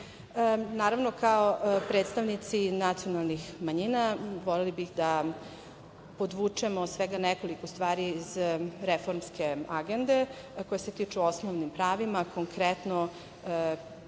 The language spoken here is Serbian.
itd. Naravno, kao predstavnici nacionalnih manjina voleli bi da podvučemo svega nekoliko stvari iz reformske agende a koji se tiču osnovnih prava, konkretno